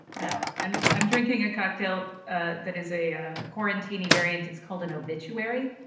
no, i'm i'm drinking a cocktail that is a quarantini variant. it's called an obituary.